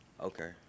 Okay